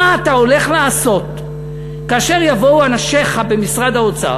מה אתה הולך לעשות כאשר יבואו אנשיך במשרד האוצר,